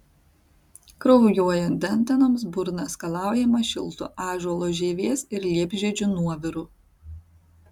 kraujuojant dantenoms burna skalaujama šiltu ąžuolo žievės ir liepžiedžių nuoviru